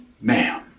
ma'am